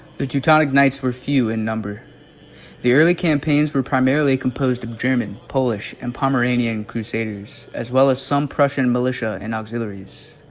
the teutonic knights were few in number the early campaigns were primarily composed of german polish and pomerania and crusaders as well as some prussian militia and auxiliaries